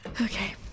okay